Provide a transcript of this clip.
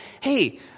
hey